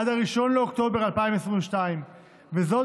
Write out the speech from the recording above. עד ל-1 באוקטובר 2022. זאת,